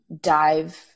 dive